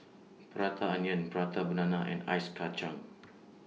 Prata Onion Prata Banana and Ice Kachang